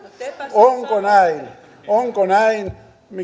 onko näin onko näin